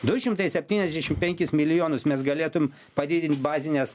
du šimtai septnyiasdešim penkis milijonus mes galėtum padidint bazinės